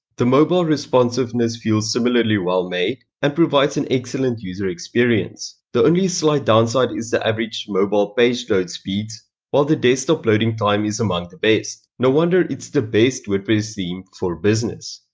the mobile responsiveness seems similarly well-made and provides an excellent user experience. the only slight downside is the average mobile page speeds while the desktop loading time is among the best. no wonder it's the best wordpress theme for business.